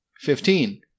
Fifteen